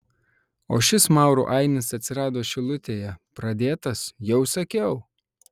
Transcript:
o šis maurų ainis atsirado šilutėje pradėtas jau sakiau